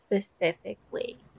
Specifically